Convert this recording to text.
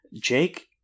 Jake